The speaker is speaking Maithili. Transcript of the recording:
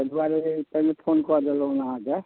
अइ दुआरे टेलिफोन कऽ देलहुँ ने अहाँके